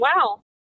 wow